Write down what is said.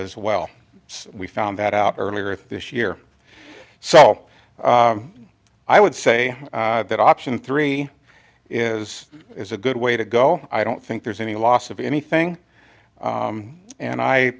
as well we found that out earlier this year so i would say that option three is is a good way to go i don't think there's any loss of anything and i